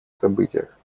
событиях